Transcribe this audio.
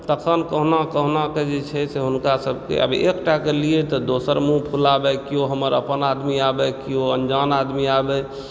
तखन कहुना कहुनाकऽ जे छै से हुनका सभकेँ आब एकटाके लिअ तऽ दोसर मुँह फुलाबैत केओ हमर अपन आदमी आबि केओ अनजान आदमी आबि